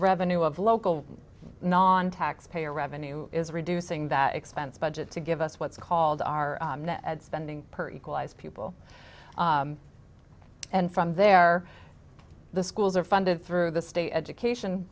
revenue of local non tax payer revenue is reducing that expense budget to give us what's called our net spending per equalize people and from there the schools are funded through the state education